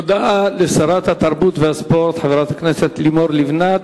תודה לשרת התרבות והספורט, חברת הכנסת לימור לבנת.